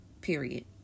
Period